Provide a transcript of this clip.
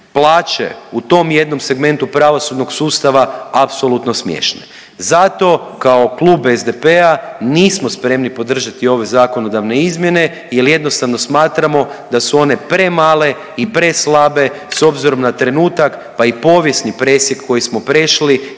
plaće u tom jednom segmentu pravosudnog sustava apsolutno smiješne. Zato kao klub SDP-a nismo spremni podržati ove zakonodavne izmjene jer jednostavno smatramo da su one premale i preslabe s obzirom na trenutak, pa i povijesni presjek koji smo prešli